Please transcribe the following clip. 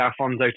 Alfonso